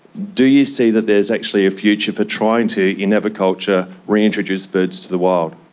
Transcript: do you see that there's actually a future for trying to, in aviculture, reintroduce birds to the wild?